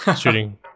shooting